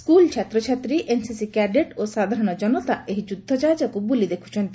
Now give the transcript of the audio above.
school ଛାତ୍ରଛାତ୍ରୀ NNC cadet ଓ ସାଧାରଶ ଜନତା ଏହି ଯୁଦ୍ଧ ଜାହାଜକୁ ବୁଲି ଦେଖୁଛନ୍ତି